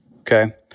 Okay